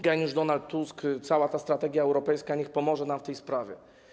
Geniusz Donald Tusk, cała ta strategia europejska niech pomoże nam w tej sprawie.